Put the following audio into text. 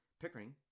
Pickering